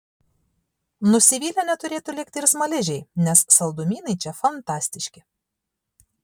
nusivylę neturėtų likti ir smaližiai nes saldumynai čia fantastiški